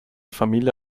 familie